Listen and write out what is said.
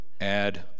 add